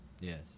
Yes